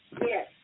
Yes